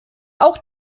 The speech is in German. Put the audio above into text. auch